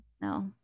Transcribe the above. No